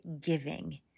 Giving